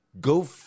go